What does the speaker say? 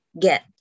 get